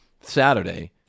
Saturday